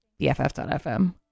BFF.fm